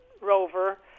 Rover